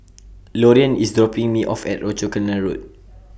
Loriann IS dropping Me off At Rochor Canal Road